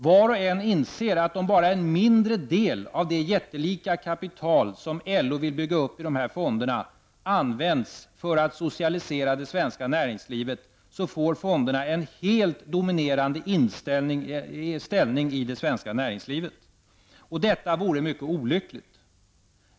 Var och en inser att om bara en mindre del av det jättelika kapital som LO vill bygga upp i dessa fonder används för att socialisera det svenska näringslivet, får fonderna en helt dominerande ställning i det svenska näringslivet. Detta vore mycket olyckligt.